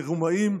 כרומאים,